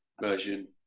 version